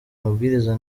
mabwiriza